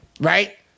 Right